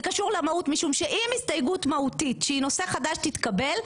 זה קשור למהות משום שאם הסתייגות מהותית שהיא נושא חדש תתקבל,